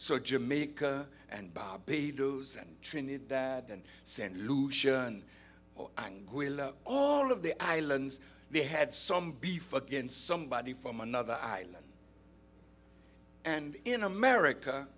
so jamaica and barbados and trinidad and st lucia and all of the islands they had some beef against somebody from another island and in america